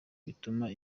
bituma